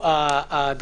שבועיים.